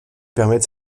permettent